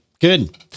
Good